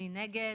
מי נגד?